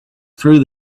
through